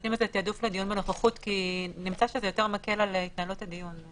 נותנים לזה תעדוף לדיון בנוכחות כי נמצא שזה יותר מקל על התנהלות הדיון.